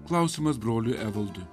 klausimas broliui evaldui